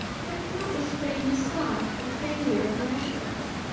but i cannot restrain a sigh for the failure of my efforts.